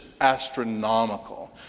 astronomical